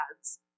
ads